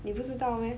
你不知道 meh